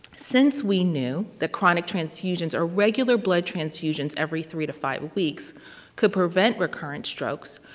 since we knew that chronic transfusions, or regular blood transfusions every three to five weeks could prevent recurrent strokes,